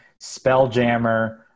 Spelljammer